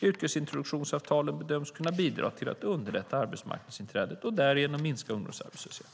Yrkesintroduktionsavtalen bedöms kunna bidra till att underlätta arbetsmarknadsinträdet och därigenom minska ungdomsarbetslösheten.